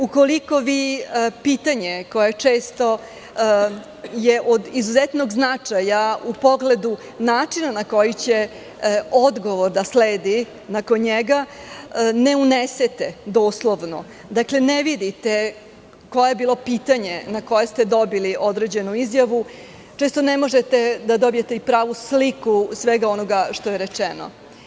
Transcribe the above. Ukoliko vi pitanje, koje je često od izuzetnog značaja u pogledu načina na koji će odgovor da sledi nakon njega, ne unesete doslovno, ne vidite koje je bilo pitanje na koje ste dobili određenu izjavu, često ne možete da dobijete i pravu sliku svega onoga što je rečeno.